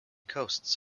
coasts